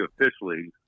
officially